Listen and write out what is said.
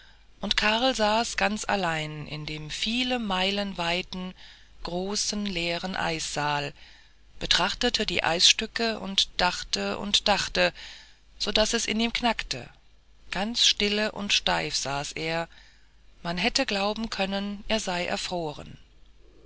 und karl saß ganz allein in dem viele meilen weiten großen leeren eissaal betrachtete die eisstücke und dachte und dachte sodaß es in ihm knackte ganz stille und steif saß er man hätte glauben können er sei erfroren